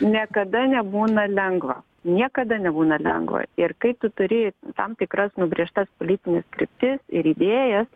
niekada nebūna lengva niekada nebūna lengva ir kai tu turi tam tikras nubrėžtas politines kryptis ir idėjas